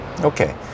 Okay